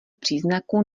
příznaků